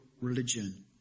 religion